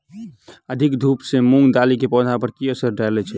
अधिक धूप सँ मूंग दालि केँ पौधा पर की असर डालय छै?